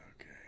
Okay